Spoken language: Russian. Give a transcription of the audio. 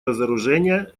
разоружения